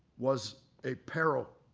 was a peril,